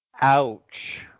Ouch